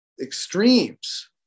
extremes